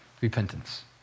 repentance